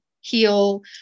heal